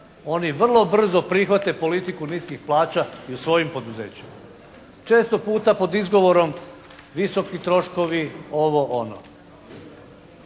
oni vrlo brzo prihvate politiku niskih plaća i u svojim poduzećima, često puta pod izgovorom visoki troškovi, ovo, ono.